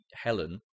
Helen